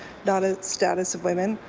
not at status of women.